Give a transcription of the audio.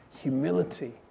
Humility